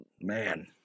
Man